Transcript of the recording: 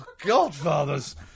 Godfathers